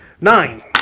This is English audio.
Nine